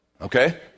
Okay